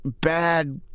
bad